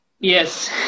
Yes